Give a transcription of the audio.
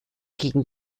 gegen